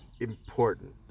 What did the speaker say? important